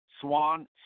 swan